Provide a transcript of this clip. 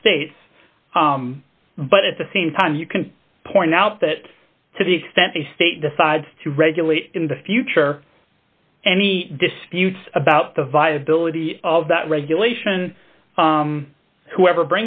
the states but at the same time you can point out that to the extent the state decides to regulate in the future any disputes about the viability of that regulation whoever